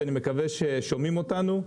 שאני מקווה שהם שומעים אותנו,